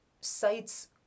sites